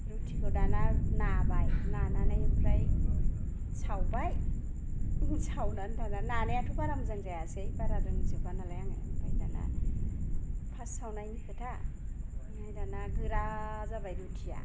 रुथिखौ दाना नाबाय नानानै ओमफ्राय सावबाय सावनानै दाना नानायाथ' बारा मोजां जायासै बारा रोंजोबा नालाय आङो ओमफ्राय दाना फार्सट सावनायनि खोथा ओमफ्राय दाना गोरा जाबाय रुथिआ